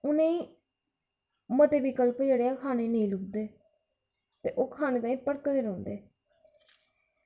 उ'नें गी मते विकल्प जेह्ड़े खानै गी नेईं लब्भदे ते ओह् खानै ताहीं भटकदे रौंह्दे